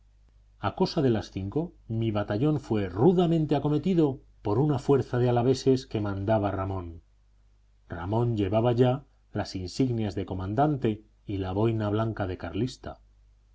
a cosa de las cinco mi batallón fue rudamente acometido por una fuerza de alaveses que mandaba ramón ramón llevaba ya las insignias de comandante y la boina blanca de carlista